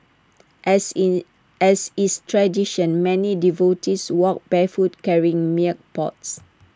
as in as is tradition many devotees walked barefoot carrying milk pots